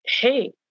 hey